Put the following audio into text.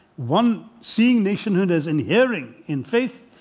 one seeing nationhood as an erring in faith.